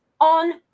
on